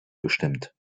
bestimmt